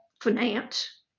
finance